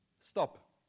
Stop